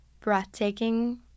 breathtaking